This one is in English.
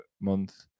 month